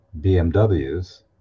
BMWs